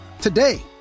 Today